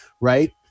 right